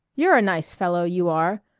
you're a nice fellow, you are!